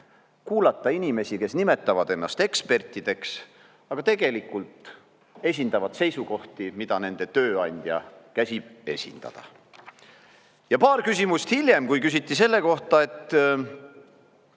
kuulata inimesi, kes nimetavad ennast ekspertideks, aga tegelikult esindavad seisukohti, mida nende tööandja käsib esindada. Ja paar küsimust hiljem, kui küsiti selle kohta, et